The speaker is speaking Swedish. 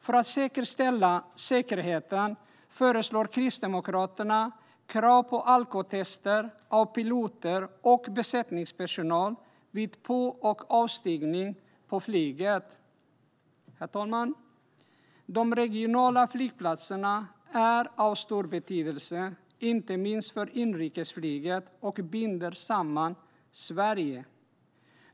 För att säkerställa säkerheten föreslår Kristdemokraterna krav på alkotester av piloter och besättningspersonal vid på och avstigning på flyget. Herr talman! De regionala flygplatserna är av stor betydelse inte minst för inrikesflyget och binder samman Sverige.